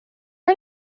and